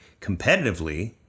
competitively